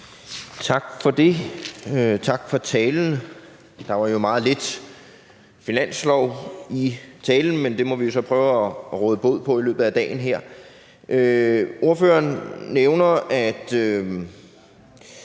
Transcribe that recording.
Tak for det. Tak for talen. Der var jo meget lidt finanslov i talen, men det må vi jo så prøve at råde bod på i løbet af dagen her. Ordføreren nævner, at